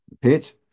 pit